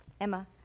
Emma